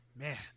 Man